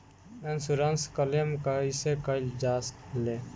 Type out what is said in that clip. Insurance claim कइसे कइल जा ले?